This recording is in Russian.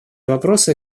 вопросы